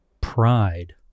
pride